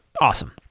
Awesome